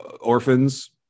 orphans